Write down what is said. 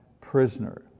prisoner